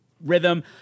rhythm